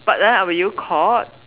but then were you caught